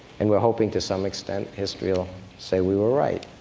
and we're hoping to some extent history will say we were right.